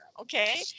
okay